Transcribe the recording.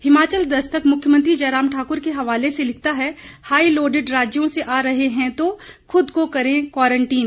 हिमाचल दस्तक मुख्यमंत्री जयराम ठाकुर के हवाले से लिखता है हाई लोडिड राज्यों से आ रहे हैं तो खुद को करें क्वारंटीन